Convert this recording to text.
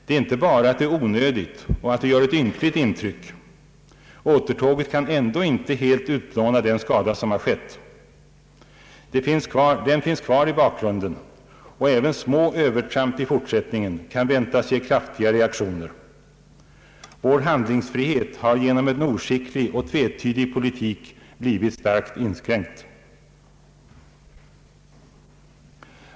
Det är inte bara att det är onödigt och att det gör ett ynkligt intryck — återtåget kan ändå inte helt utplåna den skada som har skett. Den finns kvar i bakgrunden, och även små övertramp i fortsättningen kan väntas ge kraftiga reaktioner. Vår handlingsfrihet har genom en oskicklig och tvetydig politik blivit starkt inskränkt.